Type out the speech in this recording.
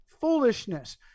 foolishness